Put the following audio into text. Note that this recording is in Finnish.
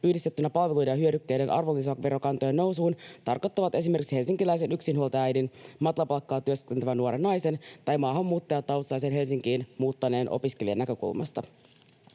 yhdistettyinä palveluiden ja hyödykkeiden arvonlisäverokantojen nousuun tarkoittavat esimerkiksi helsinkiläisen yksinhuoltajaäidin, matalapalkka-alalla työskentelevän nuoren naisen tai maahanmuuttajataustaisen Helsinkiin muuttaneen opiskelijan näkökulmasta.